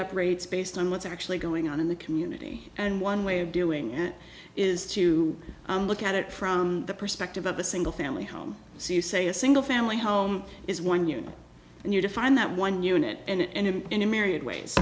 up rates based on what's actually going on in the community and one way of doing it is to look at it from the perspective of a single family home so you say a single family home is one unit and you define that one unit and in a myriad ways